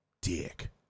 dick